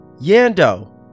Yando